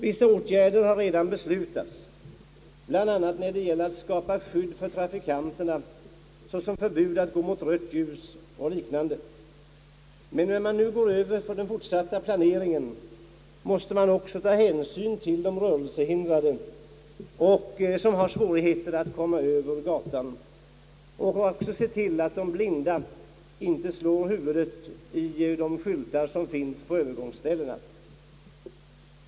Vissa åtgärder har redan beslutats, bl.a. när det gäller att skapa skydd för trafikanterna, såsom förbud mot att gå mot rött ljus och liknande. När man går vidare i planeringen måste man också ta hänsyn till att de rörelsehindrade har svårigheter att komma över gatan. Man måste också se till att de blinda inte slår huvudet i de skyltar som finns på övergångsställena.